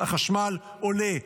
החשמל עולה,